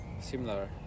Similar